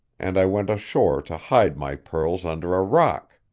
and i went ashore to hide my pearls under a rock.